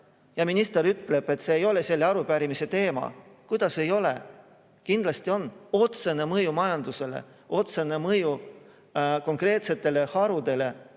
Minister aga ütleb, et see ei ole selle arupärimise teema. Kuidas ei ole? Kindlasti on sel otsene mõju majandusele, otsene mõju konkreetsetele harudele.